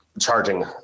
charging